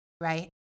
Right